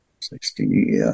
Sixty